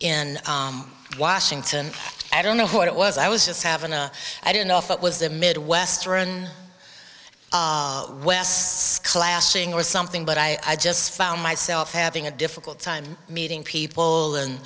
in washington i don't know what it was i was just having the i don't know if it was the midwest or and wes clashing or something but i just found myself having a difficult time meeting people and